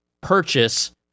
purchase